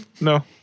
No